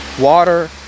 water